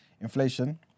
inflation